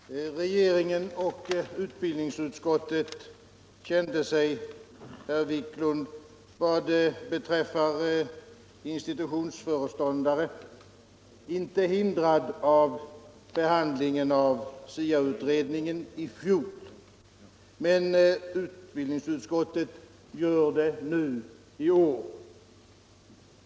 Herr talman! Regeringen och utbildningsutskottet kände sig vad beträffar institutionsföreståndare inte hindrade av behandlingen av SIA utredningen i fjol, herr Wiklund, men utbildningsutskottet gör det i år.